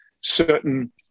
certain